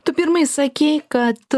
tu pirmai sakei kad